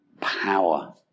power